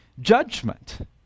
judgment